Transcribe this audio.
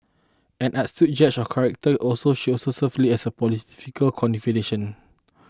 an astute judge of character also she also served as Lee's political confidante